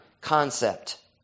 concept